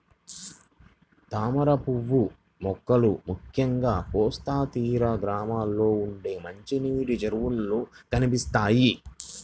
తామరపువ్వు మొక్కలు ముఖ్యంగా కోస్తా తీర గ్రామాల్లో ఉండే మంచినీటి చెరువుల్లో కనిపిస్తాయి